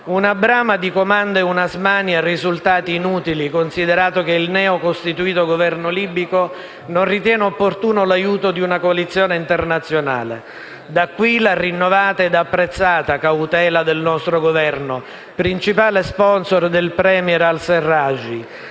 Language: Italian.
Una brama di comando ed una smania risultati poi inutili, considerato che il neo costituito governo libico, non ritiene opportuno l'aiuto di una coalizione internazionale. Da qui la rinnovata ed apprezzata cautela del nostro Governo, principale sponsor del *premier* al-Sarraj,